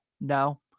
No